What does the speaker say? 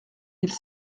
mille